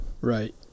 Right